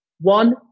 One